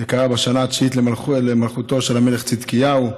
זה קרה בשנה התשיעית למלכותו של המלך צדקיהו.